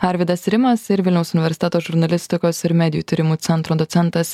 arvydas rimas ir vilniaus universiteto žurnalistikos ir medijų tyrimų centro docentas